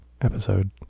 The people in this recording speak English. episode